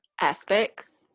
Aspects